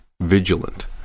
vigilant